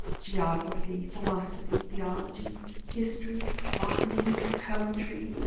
geography, philosophy, theology, history, botany, poetry,